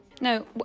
No